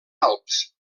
alps